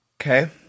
Okay